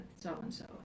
so-and-so